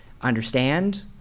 understand